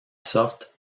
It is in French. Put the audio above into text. sorte